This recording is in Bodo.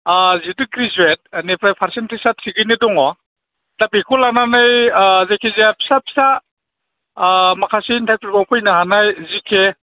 जिहेतु ग्रेजुवेट बिनिफ्राय पारसेन्टेजा थिगैनो दङ दा बेखौ लानानै जेखिजाया फिसा फिसा माखासे इन्टारभिउफोराव फैनो हानाय जि के